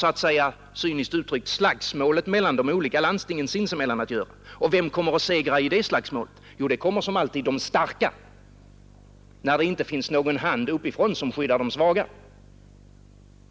Jo, det kommer — cyniskt uttryckt — slagsmålet mellan de olika landstingen att göra. Och vem kommer att segra i det slagsmålet? Jo, det blir som alltid de starka, när det inte finns någon hand som uppifrån skyddar de svaga.